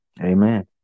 amen